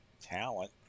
talent